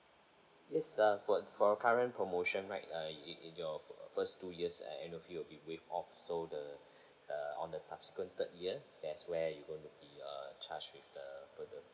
yes uh for for a current promotion right uh in your first two years annual fee will be waived off so the uh on the subsequent third year that's where you going to be uh charge with the for the